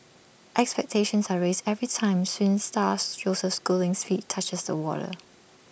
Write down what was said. expectations are raised every time swim star Joseph schooling's feet touches the water